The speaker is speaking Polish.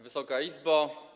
Wysoka Izbo!